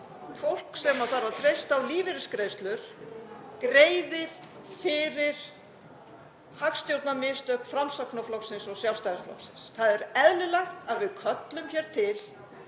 fólk sem þarf að treysta á lífeyrisgreiðslur greiði fyrir hagstjórnarmistök Framsóknarflokksins og Sjálfstæðisflokksins. Það er eðlilegt að við köllum hér til